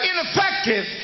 ineffective